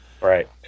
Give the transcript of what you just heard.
Right